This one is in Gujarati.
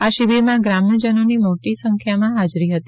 આ શિબિરમાં ગ્રામ્યજનોની મોટી સંખ્યામાં હાજરી હતી